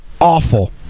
Awful